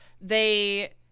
they-